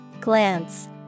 Glance